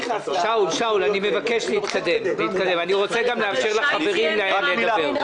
ודוח המבקר כרגע גם בודק את זה,